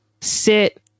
Sit